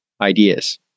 ideas